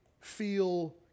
feel